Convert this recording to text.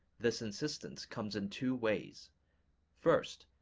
this insistence comes in two ways first,